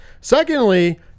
Secondly